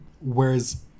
whereas